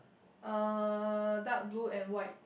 uh dark blue and white